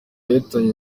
yahitanye